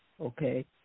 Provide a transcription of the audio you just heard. okay